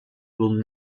will